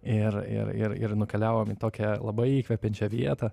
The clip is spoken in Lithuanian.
ir ir ir ir nukeliavom į tokią labai įkvepiančią vietą